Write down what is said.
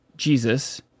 Jesus